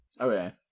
Okay